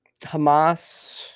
Hamas